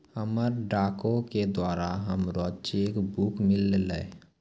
हमरा डाको के द्वारा हमरो चेक बुक मिललै